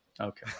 okay